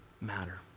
matter